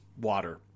water